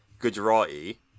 Gujarati